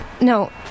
No